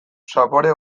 zapore